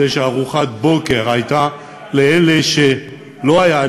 זה שארוחת בוקר הייתה לאלה שלא היה,